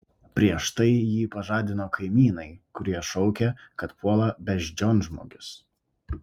prieš tai jį pažadino kaimynai kurie šaukė kad puola beždžionžmogis